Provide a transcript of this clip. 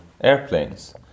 airplanes